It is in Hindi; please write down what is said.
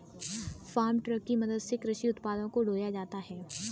फार्म ट्रक की मदद से कृषि उत्पादों को ढोया जाता है